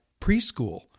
preschool